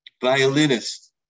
violinist